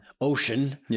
ocean